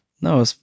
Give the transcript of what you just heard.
No